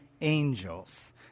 angels